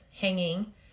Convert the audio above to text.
hanging